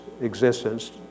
existence